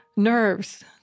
nerves